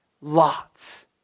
Lots